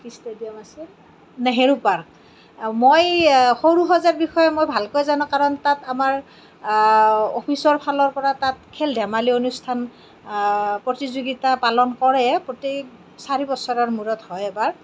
এইটো কি ষ্টেডিয়াম আছিলে নেহেৰু পাৰ্ক মই সৰুসজাইৰ বিষয়ে মই ভালকৈ জানো কাৰণ তাত আমাৰ অফিচৰ ফালৰ পৰা তাত খেল ধেমালি অনুষ্ঠান প্ৰতিযোগিতা পালন কৰে প্ৰত্য়েক চাৰি বছৰৰ মূৰত হয় এবাৰ